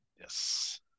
Yes